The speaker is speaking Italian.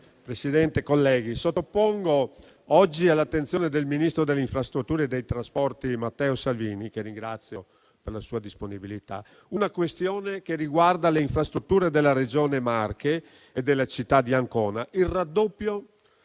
Ministro, colleghi, sottopongo oggi all'attenzione del ministro delle infrastrutture e dei trasporti, Matteo Salvini, che ringrazio per la sua disponibilità, una questione che riguarda le infrastrutture della Regione Marche e della città di Ancona: il raddoppio